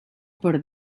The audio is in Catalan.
per